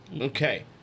Okay